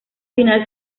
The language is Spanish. final